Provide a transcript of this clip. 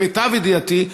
למיטב ידיעתי,